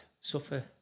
suffer